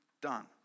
done